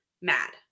mad